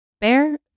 bear